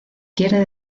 quiere